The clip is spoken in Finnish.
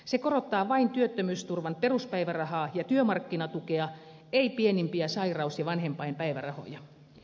se korottaa vain työttömyysturvan peruspäivärahaa ja työmarkkinatukea ei pienimpiä sairaus ja vanhempainpäivärahoja